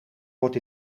wordt